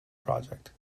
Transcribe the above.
project